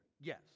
Yes